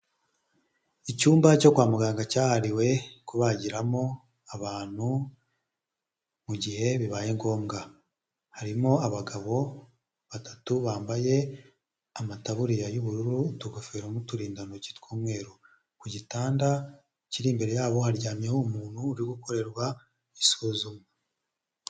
Icyumba cyo kwa muganga cyahariwe kubagiramo abantu mu gihe bibaye ngombwa; harimo abagabo batatu bambaye amataburiya y'ubururu n'utugofero, n'uturindantoki tw'umweru; ku gitanda kiri imbere yabo haryamyeho umuntu uri gukorerwa isuzuma.